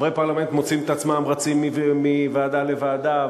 חברי פרלמנט מוצאים את עצמם רצים מוועדה לוועדה.